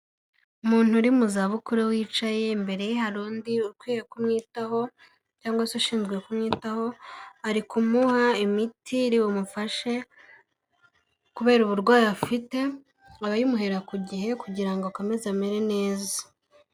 Umuntu uri mu za bukuru wicaye, imbere ye hari undi ukwiye kumwitaho cyangwa se ushinzwe kumwitaho, ari kumuha imiti iri bumufashe kubera uburwayi afite, aba ayimuhera ku gihe kugira ngo akomeze amere neza.